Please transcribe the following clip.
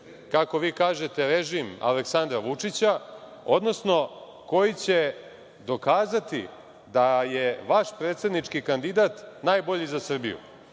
kako vi kažete, režim Aleksandra Vučića, odnosno koji će dokazati da je vaš predsednički kandidat najbolji za Srbiju.